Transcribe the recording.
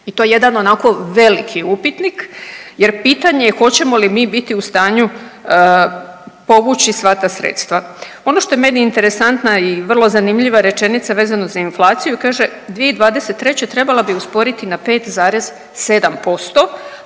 i to jedan onako veliki upitnik jer pitanje je hoćemo li mi biti u stanju povući sva ta sredstva. Ono što je meni interesantna i vrlo zanimljiva rečenica vezano za inflaciju, kaže 2023. trebala bi usporiti na 5,7%,